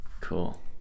Cool